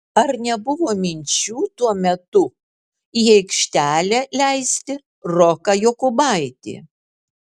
ar nebuvo minčių tuo metu į aikštelę leisti roką jokubaitį